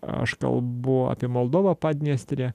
aš kalbu apie moldovą padniestrę